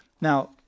Now